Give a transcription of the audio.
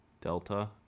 Delta